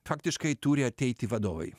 faktiškai turi ateiti vadovai